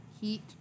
heat